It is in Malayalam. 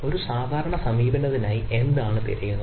ഒരു സാധാരണ സമീപനത്തിനായി എന്താണ് തിരയുന്നത്